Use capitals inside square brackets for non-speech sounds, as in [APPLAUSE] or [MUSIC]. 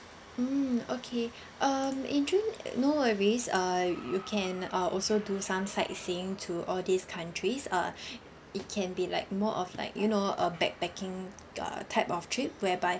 mm okay um in june [NOISE] no worries err you can err also do some sightseeing to all these countries err [BREATH] it can be like more of like you know a backpacking err type of trip whereby